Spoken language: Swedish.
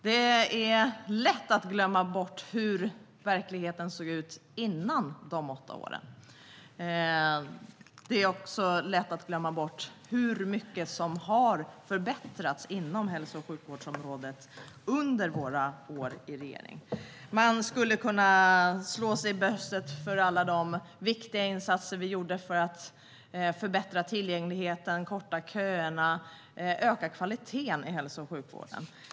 Det är lätt att glömma bort hur verkligheten såg ut före dessa åtta år. Det är också lätt att glömma bort hur mycket som förbättrades på hälso och sjukvårdsområdet under våra år i regering. Vi skulle kunna slå oss för bröstet för alla de viktiga insatser vi gjorde för att förbättra tillgängligheten, korta köerna och öka kvaliteten i hälso och sjukvården.